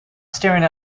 staring